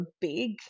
big